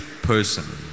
person